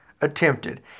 attempted